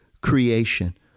creation